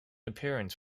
appearance